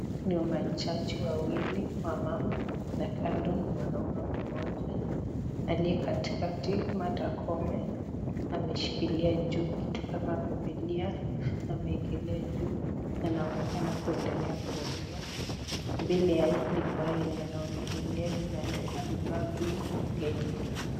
Ni majaji wawili wamama kando ni mwanaume mmoja aliyekatikati Martha koome ameshikilia juu kitu kama bibilia , amewekelea juu anaonekana kuendekea kuongea mbele ya ambaye anaongelelea imeandikwa republic of Kenya .